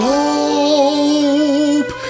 hope